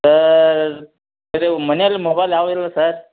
sir ಅದು ಮನೆಲಿ mobile ಯಾವುದು ಇಲ್ಲ ಸರ್